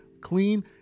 clean